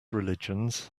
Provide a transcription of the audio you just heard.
religions